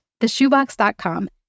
theshoebox.com